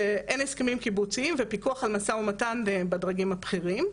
שאין הסכמים קיבוציים ופיקוח על משא ומתן בדרגים הבכירים.